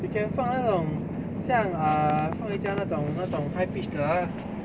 you can 放那种像 err feng yi 家那种那种 hide pitch 的 ah